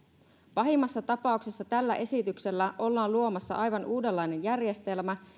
pahimmassa tapauksessa tällä esityksellä ollaan luomassa aivan uudenlainen järjestelmä